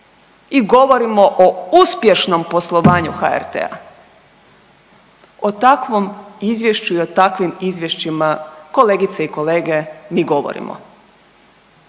i govorimo u uspješnom poslovanju HRT-a. O takvom izvješću i o takvim izvješćima kolegice i kolege mi govorimo.